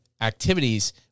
activities